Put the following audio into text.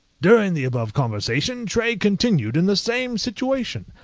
during the above conversation tray continued in the same situation,